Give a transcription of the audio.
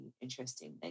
interesting